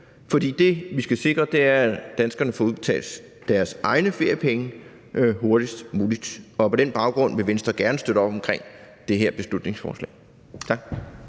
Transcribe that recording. For det, vi skal sikre, er, at danskerne får udbetalt deres egne feriepenge hurtigst muligt. På den baggrund vil Venstre gerne støtte op omkring det her beslutningsforslag. Tak.